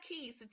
keys